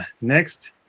Next